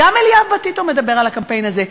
גם אליאב בטיטו מדבר על הקמפיין הזה.